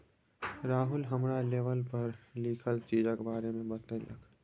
राहुल हमरा लेवल पर लिखल चीजक बारे मे बतेलक